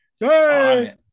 Hey